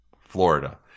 Florida